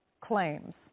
claims